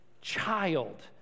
child